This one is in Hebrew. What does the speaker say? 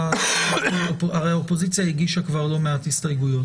הרי האופוזיציה הגישה לא מעט הסתייגויות.